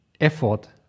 effort